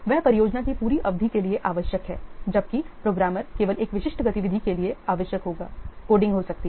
वह परियोजना की पूरी अवधि के लिए आवश्यक है जबकि प्रोग्रामर केवल एक विशिष्ट गतिविधि के लिए आवश्यक होगा कोडिंग हो सकती है